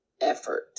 effort